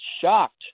shocked